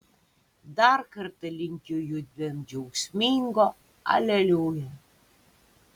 dar kartą linkiu judviem džiaugsmingo aleliuja